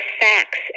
facts